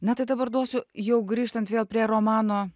na tai dabar duosiu jau grįžtant vėl prie romano